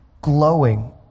glowing